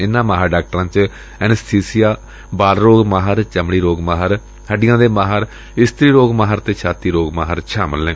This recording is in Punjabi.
ਇਨੂਾਂ ਮਾਹਿਰ ਡਾਕਟਰਾਂ ਚ ਐਨਸਥੀਸੀਆਂ ਬਾਲ ਰੋਗ ਮਾਹਿਰ ਚਮੜੀ ਰੋਗ ਮਾਹਿਰ ਹੱਡੀਆਂ ਦੇ ਮਾਹਿਰ ਇਸਤਰੀ ਰੋਗ ਮਾਹਿਰ ਅਤੇ ਛਾਤੀ ਰੋਗ ਮਾਹਿਰ ਸ਼ਾਮਲ ਨੇ